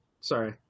Sorry